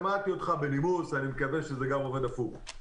שמעתי אותך בנימוס, ואני מקווה שזה גם עובד הפוך.